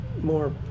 more